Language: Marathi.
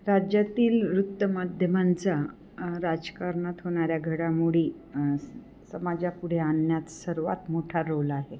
राज्यातील वृत्तमाध्यमांचा राजकारणात होणाऱ्या घडामोडी समाजापुढे आणण्यात सर्वात मोठा रोल आहे